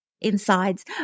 insides